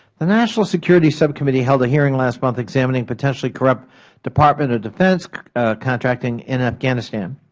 the national security subcommittee held a hearing last month examining potentially corrupt department of defense contracting in afghanistan.